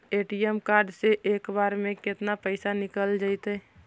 ATM card से एक बार में केतना पैसा निकल जइतै?